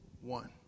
one